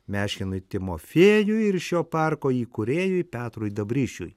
meškinui timofėjui ir šio parko įkūrėjui petrui dabrišiui